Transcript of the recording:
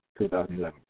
2011